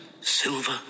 silver